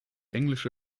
englische